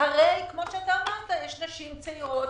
יש נשים צעירות,